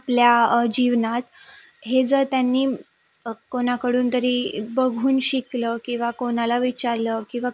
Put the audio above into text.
आपल्या जीवनात हे जर ज्यांनी कोणाकडून तरी बघून शिकलं किंवा कोणाला विचारलं किंवा